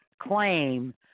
claim